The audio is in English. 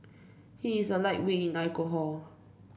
he is a lightweight in alcohol